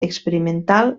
experimental